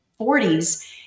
40s